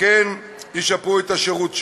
וכך ישפרו את השירות שלו.